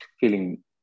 Feeling